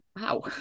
Wow